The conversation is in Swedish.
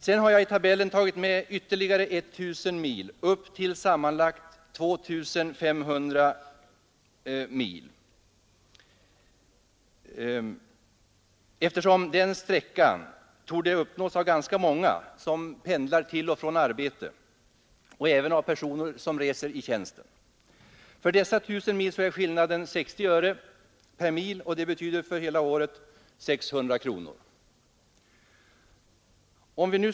Sedan har jag i tabellen tagit med en sträcka på ytterligare 1 000 mil upp till sammanlagt 2 500 mil, eftersom den sträckan torde uppnås av ganska många som pendlar till och från arbetet och även av personer som reser i tjänsten. För dessa 1 000 mil är skillnaden 0:60 per mil, vilket för hela året betyder en skillnad på 600 kr.